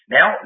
Now